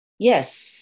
Yes